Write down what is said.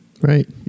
right